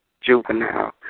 juvenile